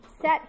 set